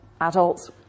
adults